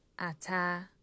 ata